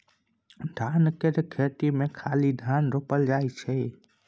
धान केर खेत मे खाली धान रोपल जाइ छै